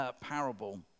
parable